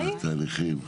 אה, התהליכים.